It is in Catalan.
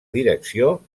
direcció